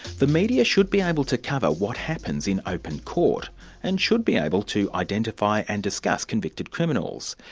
the media should be able to cover what happens in open court and should be able to identify and discuss convicted criminals.